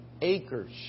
Acres